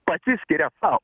pasiskiria sau